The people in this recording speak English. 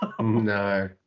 No